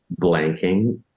blanking